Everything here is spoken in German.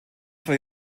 zwei